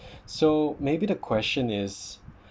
so maybe the question is